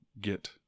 get